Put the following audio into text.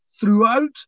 throughout